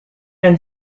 dein